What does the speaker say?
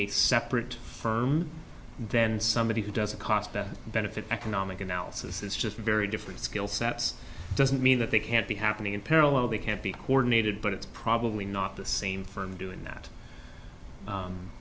a separate firm then somebody who does a cost benefit economic analysis is just very different skill sets doesn't mean that they can't be happening in parallel they can't be coordinated but it's probably not the same firm doing that